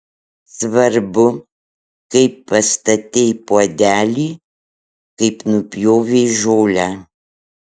svarbu kaip pastatei puodelį kaip nupjovei žolę